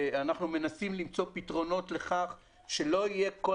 אנחנו מנסים למצוא פתרונות לכך שלא יהיה כל